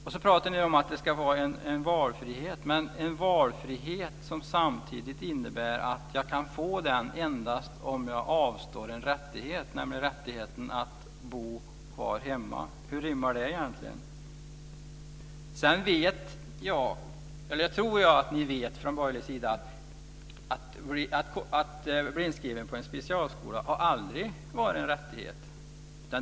Sedan pratar ni om att det ska vara valfrihet, men det är en valfrihet som samtidigt innebär att jag kan få den endast om jag avstår en rättighet, nämligen rättigheten att bo kvar hemma. Hur rimmar det egentligen? Jag tror att de borgerliga partierna vet att det aldrig har varit en rättighet att bli inskriven på en specialskola.